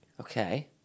okay